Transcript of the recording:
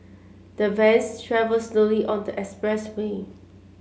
the vans travelled slowly on the expressway